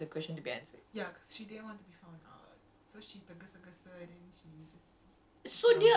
and then just left like without waiting for them the question to be answered